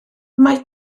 mae